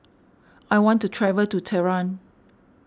I want to travel to Tehran